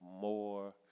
more